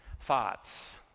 thoughts